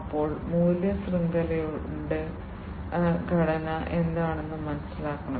അപ്പോൾ മൂല്യ ശൃംഖലയുടെ ഘടന എന്താണെന്ന് മനസ്സിലാക്കണം